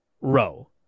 row